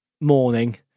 morning